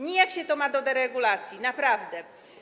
Nijak się to ma do deregulacji, naprawdę.